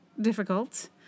difficult